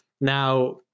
Now